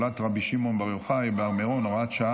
רבי שמעון בר יוחאי בהר מירון (הוראת שעה),